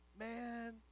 Man